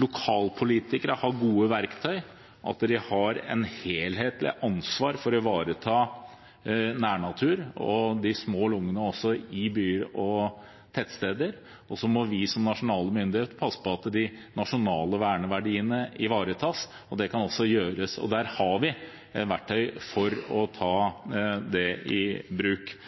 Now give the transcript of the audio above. lokalpolitikere har gode verktøy, og at de har et helhetlig ansvar for å ivareta nærnaturen og de små lungene i byer og tettsteder. Så må vi, som nasjonal myndighet, passe på at de nasjonale verneverdiene ivaretas. Det kan gjøres, og vi har verktøy for å gjøre det.